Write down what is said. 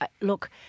look